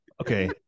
Okay